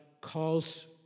calls